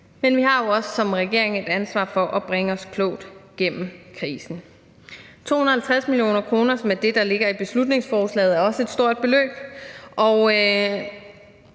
Men vi har jo også som regering et ansvar for at bringe os klogt igennem krisen. 250 mio. kr., som er det, der ligger i beslutningsforslaget, er også et stort beløb,